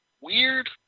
weird